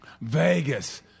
Vegas